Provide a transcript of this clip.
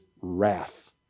wrath